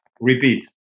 Repeat